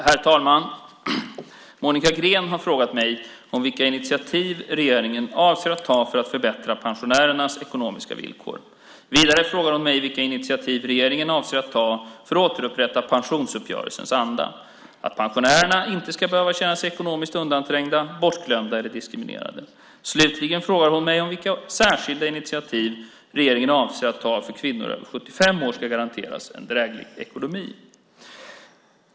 Herr talman! Monica Green har frågat mig vilka initiativ regeringen avser att ta för att förbättra pensionärernas ekonomiska villkor. Vidare frågar hon mig vilka initiativ regeringen avser att ta för att återupprätta pensionsuppgörelsens anda - att pensionärerna inte ska behöva känna sig ekonomiskt undanträngda, bortglömda eller diskriminerade. Slutligen frågar hon mig vilka särskilda initiativ regeringen avser att ta för att kvinnor över 75 år ska garanteras en dräglig ekonomi.